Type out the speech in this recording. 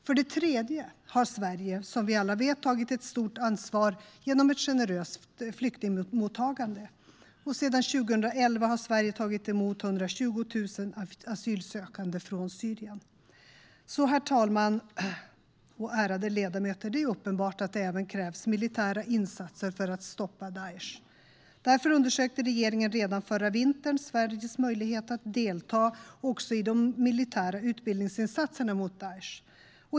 För det tredje har Sverige, som vi alla vet, tagit ett stort ansvar genom ett generöst flyktingmottagande. Sedan 2011 har Sverige tagit emot 120 000 asylsökande från Syrien. Herr talman och ärade ledamöter! Det är uppenbart att det även krävs militära insatser för att stoppa Daesh. Därför undersökte regeringen redan förra vintern Sveriges möjlighet att delta också i de militära utbildningsinsatserna mot Daesh.